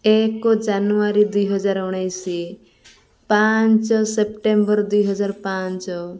ଏକ ଜାନୁଆରୀ ଦୁଇହଜାର ଉଣେଇଶ ପାଞ୍ଚ ସେପ୍ଟେମ୍ବର ଦୁଇହଜାର ପାଞ୍ଚ